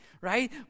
right